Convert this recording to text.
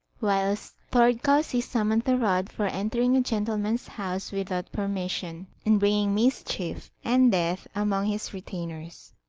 whilst thord kausi summoned thorodd for entering a gentleman's house without permission, and bringing mischief and death among his retainers.